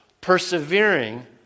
Persevering